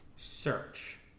search